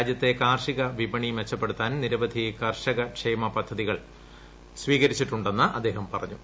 രാജൃത്തെ കാർഷിക വിപണി മെച്ചപ്പെടുത്താൻ നിരവധി കർഷകക്ഷേമ നടപടികൾ സ്വീകരിച്ചിട്ടുണ്ടെന്ന് അദ്ദേഹം പറഞ്ഞു